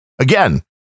Again